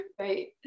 right